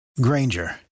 Granger